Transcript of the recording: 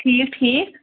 ٹھیٖک ٹھیٖک